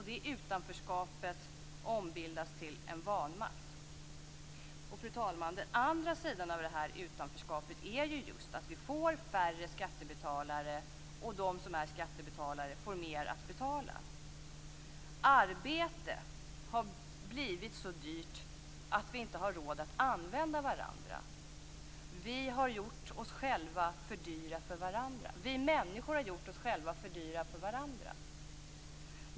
Det utanförskapet ombildas till vanmakt. Fru talman! Den andra sidan av det här utanförskapet är att vi får färre skattebetalare och att de som är skattebetalare får mer att betala. Arbete har blivit så dyrt att vi inte har råd att använda varandra. Vi människor har gjort oss själva för dyra för varandra.